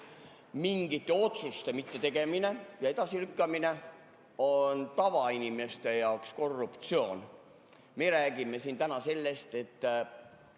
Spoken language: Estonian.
mingite otsuste mittetegemine ja edasilükkamine on tavainimeste jaoks korruptsioon. Me räägime siin täna sellest, et